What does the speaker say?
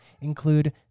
include